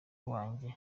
wanjye